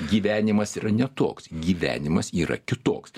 gyvenimas yra ne toks gyvenimas yra kitoks